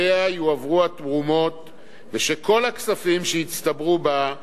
ביטול ההכרזה על השדה כשדה מוקשים וכשטח צבאי